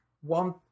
one